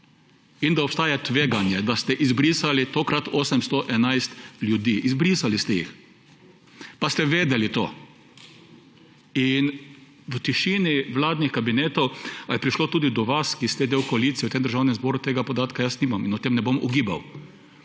in da obstaja tveganje, da ste izbrisali tokrat 811 ljudi. Izbrisali ste jih. Pa ste vedeli to! V tišini vladnih kabinetov, a je prišlo tudi do vas, ki ste del koalicije v tem državnem zboru ‒ tega podatka jaz nimam in o tem ne bom ugibal